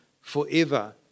forever